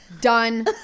done